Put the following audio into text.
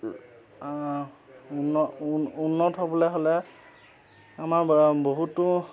উন্নত উন্নত হ'বলৈ হ'লে আমাৰ বহুতো